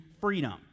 freedom